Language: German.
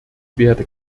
werde